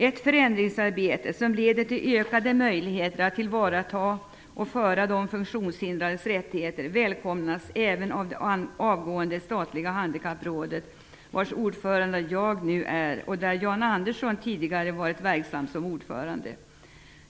Ett förändringsarbete som leder till ökade möjligheter att tillvarata de funktionshindrades rättigheter välkomnas även av det avgående statliga handikapprådet, vars ordförande jag nu är. Där har också Jan Andersson tidigare varit verksam som ordförande.